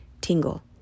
tingle